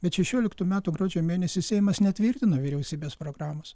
bet šešioliktų metų gruodžio mėnesį seimas netvirtino vyriausybės programos